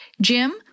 Jim